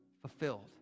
fulfilled